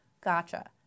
Gotcha